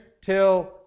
till